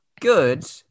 good